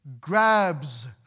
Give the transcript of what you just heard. grabs